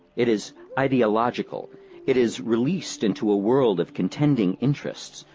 it is ideological it is released into a world of contending interests,